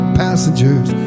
passengers